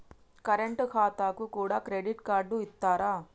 Current ఖాతాకు కూడా credit card ఇత్తరా?